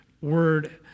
word